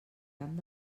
camp